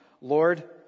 lord